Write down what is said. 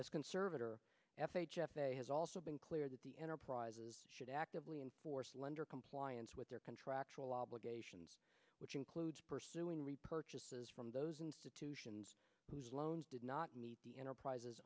as conservator f h f a has also been clear that the enterprises should actively enforce lender compliance with their contractual obligations which includes pursuing re purchases from those institutions whose loans did not meet the enterprise